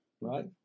right